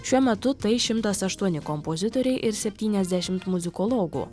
šiuo metu tai šimtas aštuoni kompozitoriai ir septyniasdešimt muzikologų